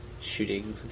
shooting